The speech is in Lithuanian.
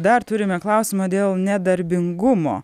dar turime klausimą dėl nedarbingumo